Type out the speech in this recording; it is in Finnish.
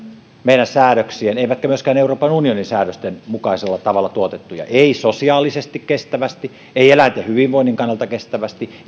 meidän säädöksiemme eivätkä myöskään euroopan unionin säädösten mukaisella tavalla tuotettuja eivät sosiaalisesti kestävästi eivät eläinten hyvinvoinnin kannalta kestävästi eivät